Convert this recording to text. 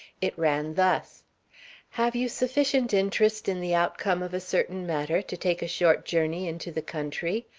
it ran thus have you sufficient interest in the outcome of a certain matter to take a short journey into the country?